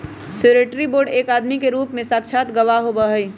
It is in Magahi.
श्योरटी बोंड एक आदमी के रूप में साक्षात गवाह होबा हई